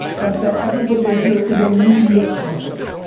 but that everybody in here is a media company.